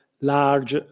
large